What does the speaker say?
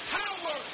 power